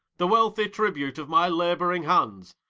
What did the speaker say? the wealthy tribute of my laboring hands,